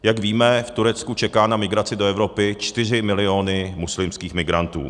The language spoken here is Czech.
Jak víme, v Turecku čekají na migraci do Evropy čtyři milióny muslimských migrantů.